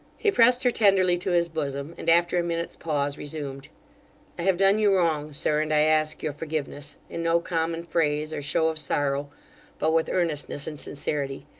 he pressed her tenderly to his bosom, and after a minute's pause, resumed i have done you wrong, sir, and i ask your forgiveness in no common phrase, or show of sorrow but with earnestness and sincerity.